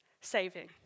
saving